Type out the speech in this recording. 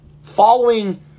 Following